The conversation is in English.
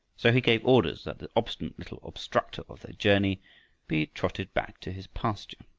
so he gave orders that the obstinate little obstructer of their journey be trotted back to his pasture.